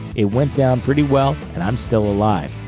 it went down pretty well, and i'm still alive.